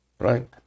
right